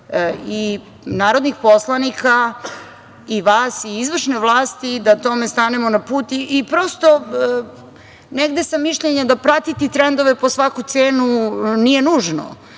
i narodnih poslanika i vas i izvršne vlasti, i da tome stanemo na put. Negde sam mišljenja da pratiti trendove po svaku cenu nije nužno,